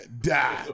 die